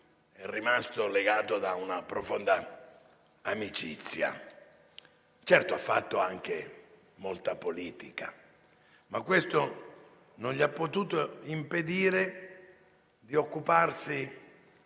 è rimasto legato da una profonda amicizia. Certo, ha fatto anche molta politica, ma questo non gli ha impedito di occuparsi